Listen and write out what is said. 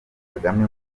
kagame